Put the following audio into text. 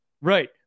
right